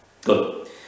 Good